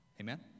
Amen